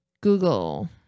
Google